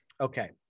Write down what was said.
okay